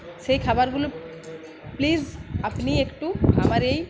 সেই খাবারগুলো প্লিস আপনি একটু আমার এই